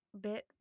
bit